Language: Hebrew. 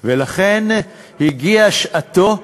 ולכן הגיעה שעתו,